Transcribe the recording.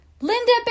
Linda